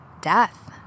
death